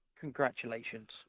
congratulations